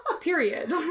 Period